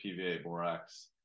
PVA-Borax